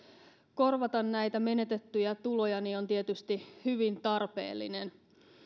korvata näitä menetettyjä tuloja on tietysti hyvin tarpeellinen